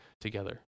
together